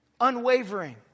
unwavering